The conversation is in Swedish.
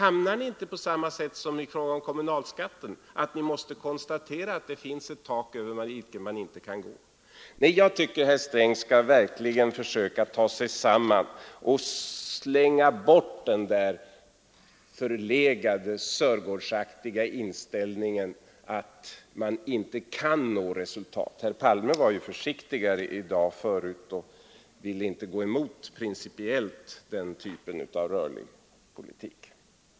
Blir det inte på samma sätt som i fråga om kommunalskatten så att Ni måste konstatera att det finns ett tak, över vilket man inte kan gå? Jag tycker att herr Sträng verkligen skall försöka ta sig samman och slänga bort den där förlegade Sörgårdsaktiga inställningen att man inte kan nå resultat. Herr Palme var ju försiktigare förut i dag och ville inte gå principiellt emot den typen av rörlig politik.